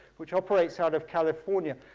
which operates out of california.